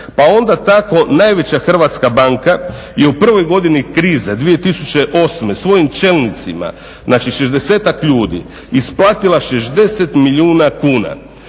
Pa onda tako najveća hrvatska banka je u prvoj godini krize 2008. svojim čelnicima, znači 60-ak ljudi isplatila 60 milijuna kuna.